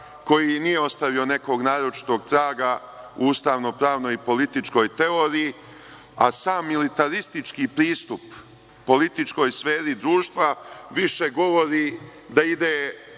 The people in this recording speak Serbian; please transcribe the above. koji nije ostavio nekog naročitog traga u ustavno-pravnoj političkoj teoriji, a sam militaristički pristup političkoj sferi društva više govori da ide